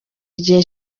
igihe